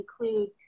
include